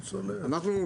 אנחנו,